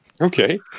Okay